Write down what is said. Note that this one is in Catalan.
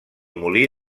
molí